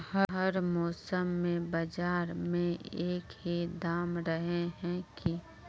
हर मौसम में बाजार में एक ही दाम रहे है की?